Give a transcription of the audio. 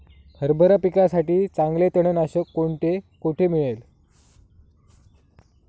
हरभरा पिकासाठी चांगले तणनाशक कोणते, कोठे मिळेल?